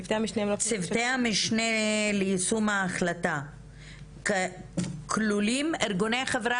צוותי המשנה ליישום ההחלטה כלולים ארגוני חברה